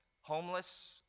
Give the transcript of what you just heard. homeless